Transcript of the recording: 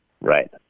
Right